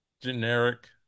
generic